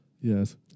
Yes